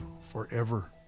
forever